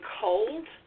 cold